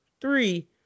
three